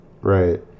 Right